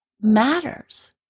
matters